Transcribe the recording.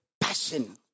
passion